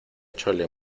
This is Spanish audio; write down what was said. chole